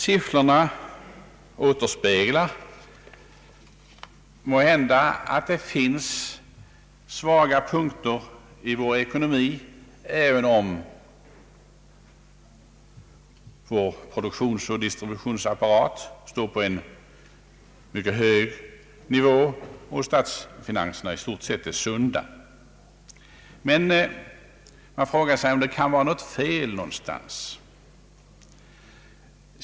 Siffrorna återspeglar, att det finns svaga punkter i vår ekonomi, även om vår produktionsoch distributionsapparat står på en mycket hög nivå och statsfinanserna i stort sett är sunda. Men man frågar sig var det kan vara fel någonstans.